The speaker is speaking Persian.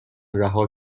رها